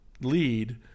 lead